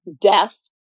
death